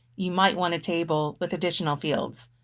you might want a table with additional fields.